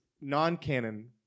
non-canon